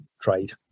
trade